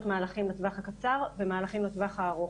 מהלכים בטווח הקצר ומהלכים בטווח הארוך.